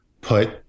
put